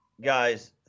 guys